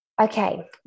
Okay